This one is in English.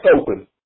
open